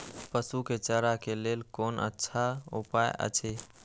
पशु के चारा के लेल कोन अच्छा उपाय अछि?